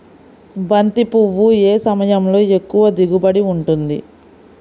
బంతి పువ్వు ఏ సమయంలో ఎక్కువ దిగుబడి ఉంటుంది?